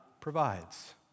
provides